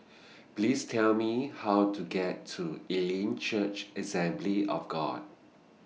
Please Tell Me How to get to Elim Church Assembly of God